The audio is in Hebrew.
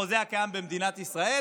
בחוזה הקיים במדינת ישראל,